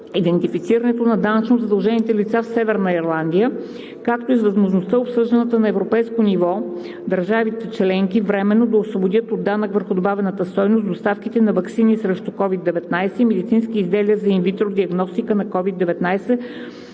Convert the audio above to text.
идентифицирането на данъчно задължените лица в Северна Ирландия, както и с възможността, обсъждана на европейско ниво, държавите членки временно да освободят от данък върху добавената стойност доставката на ваксини срещу COVID-19 и медицински изделия за инвитро диагностика на COVID-19